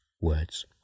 words